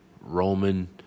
Roman